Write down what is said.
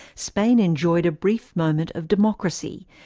spain enjoyed a brief moment of democracy,